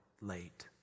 late